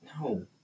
No